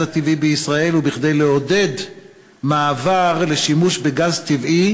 הטבעי בישראל ועל מנת לעודד מעבר לשימוש בגז טבעי